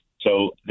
So-